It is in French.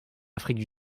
afrique